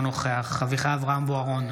אינו נוכח אביחי אברהם בוארון,